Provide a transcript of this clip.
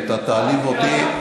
אם אתה תעליב אותי,